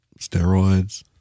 steroids